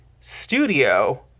studio